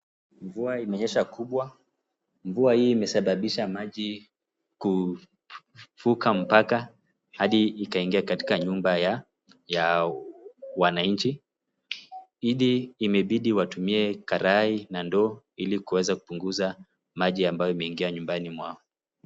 Mvua imenyesha kubwa. Mvua hii imesababisha maji kuvuka mpaka hadi ikaingia katika nyumba ya wananchi, hili imebidi watumie karai na ndoo ili kuweza kupunguza maji ambao imeingia nyumbani mwao.